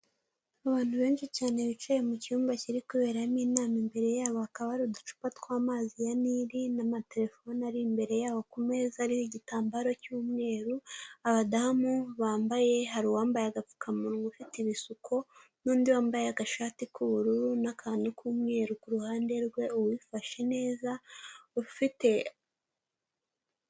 Abantu benshi cyane bicaye mu cyumba kiri kuberamo inama, imbere yabo akaba ari uducupa tw'amazi ya nili, n'amatelefone ari imbere yabo ku meza ariho igitambaro cy'umweru, abadamu bambaye, hari uwambaye agapfukamunwa ufite ibisuko, n'undi wambaye agashati k'ubururu, n'akantu k'umweru, ku ruhande rwe uwifashe neza ufite.